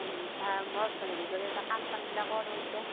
মই হেৰি কৰি কাম চামগিলা কৰোঁ এতিয়া